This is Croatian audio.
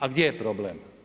A gdje je problem?